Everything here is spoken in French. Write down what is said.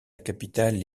capitale